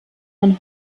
man